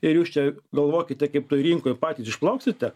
ir jūs čia galvokite kaip toj rinkoj patys išplauksite